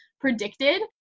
predicted